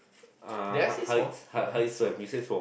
uh how how how you swam he say swum